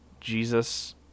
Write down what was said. Jesus